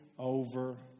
over